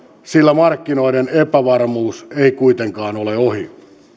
sillä markkinoiden epävarmuus ei kuitenkaan ole ohi